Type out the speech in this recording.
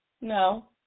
No